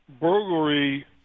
Burglary